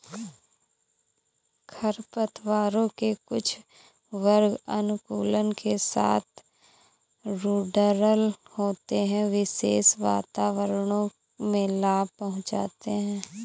खरपतवारों के कुछ वर्ग अनुकूलन के साथ रूडरल होते है, विशेष वातावरणों में लाभ पहुंचाते हैं